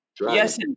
Yes